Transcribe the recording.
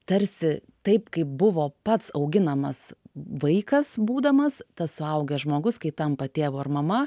tarsi taip kaip buvo pats auginamas vaikas būdamas tas suaugęs žmogus kai tampa tėvu ar mama